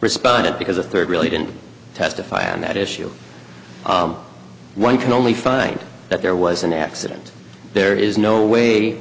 respondent because the third really didn't testify on that issue one can only find that there was an accident there is no way